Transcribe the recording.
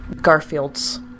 Garfields